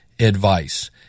Advice